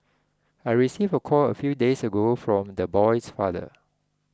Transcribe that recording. I received the call a few days ago from the boy's father